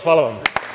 Hvala vam.